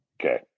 Okay